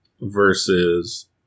versus